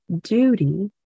duty